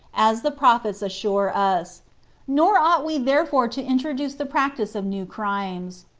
as the prophets assure us nor ought we therefore to introduce the practice of new crimes.